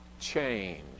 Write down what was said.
change